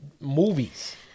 movies